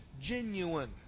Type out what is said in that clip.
genuine